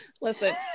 listen